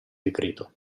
decreto